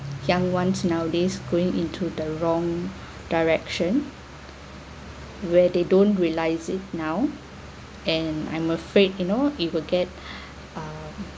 young ones nowadays going into the wrong direction where they don't realise it now and I'm afraid you know it will get um